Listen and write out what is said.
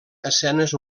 escenes